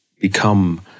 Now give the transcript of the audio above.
become